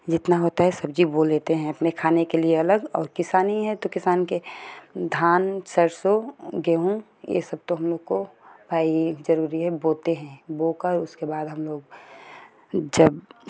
जितना होता हे सब्ज़ी बो लेते हैं अपने खाने क लिए अलग और किसानी है तो किसान के धान सरसो गेहूँ ये सबतो हम लोग को भाई जरूरी है बोते हैं बो कर उसके बाद हम लोग जब